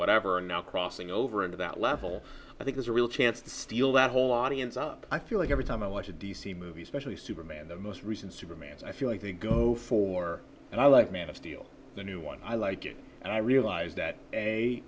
whatever now crossing over into that level i think is a real chance to steal that whole audience up i feel like every time i watch a d c movie especially superman the most recent superman's i feel like the go for and i like man of steel the new one i like it and i realize that